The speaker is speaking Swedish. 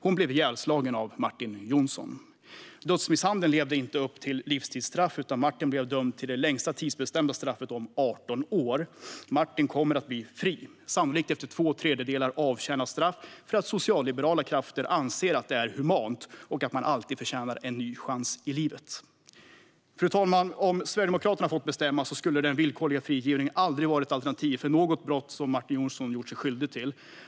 Hon blev ihjälslagen av Martin Jonsson. Dödsmisshandeln levde inte upp till kraven för livstidsstraff, utan Martin blev dömd till det längsta tidsbestämda straffet på 18 år. Martin kommer att bli fri, sannolikt efter att ha avtjänat två tredjedelar av sitt straff, för att socialliberala krafter anser att det är humant och att man alltid förtjänar en ny chans i livet. Fru talman! Om Sverigedemokraterna fått bestämma skulle den villkorliga frigivningen aldrig ha varit ett alternativ för något av de brott som Martin Jonsson gjort sig skyldig till.